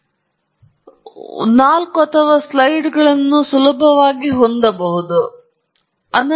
ಆದ್ದರಿಂದ ಇಲ್ಲಿನ ಈ ನಾಲ್ಕು ಅಥವಾ ಐದು ಸ್ಲೈಡ್ಗಳು ಒಂದೇ ಸ್ಲೈಡ್ನಲ್ಲಿ ತುಂಬಾ ತೋರಿಸಲು ಇದು ಒಂದು ಉತ್ತಮ ಕಲ್ಪನೆ ಅಲ್ಲ